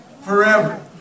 Forever